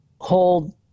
hold